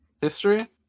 History